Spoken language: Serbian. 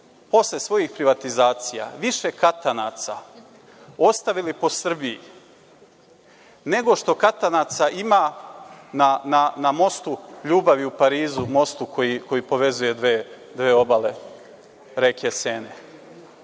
posle svojih privatizacija više katanaca ostavili po Srbiji nego što katanaca ima na mostu ljubavi u Parizu koji povezuje dve obale reke Sene,